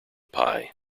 pie